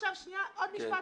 עוד משפט,